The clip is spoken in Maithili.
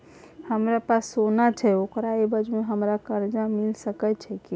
हमरा पास सोना छै ओकरा एवज में हमरा कर्जा मिल सके छै की?